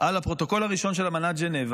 על הפרוטוקול הראשון של אמנת ז'נבה